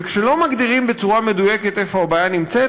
וכשלא מגדירים בצורה מדויקת איפה הבעיה נמצאת,